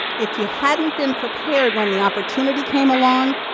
if you hadn't been prepared when the opportunity came along,